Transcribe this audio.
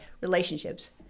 relationships